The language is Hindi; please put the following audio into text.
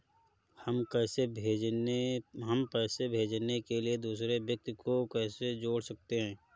हम पैसे भेजने के लिए दूसरे व्यक्ति को कैसे जोड़ सकते हैं?